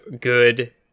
good